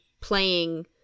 playing